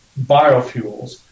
biofuels